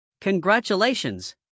Congratulations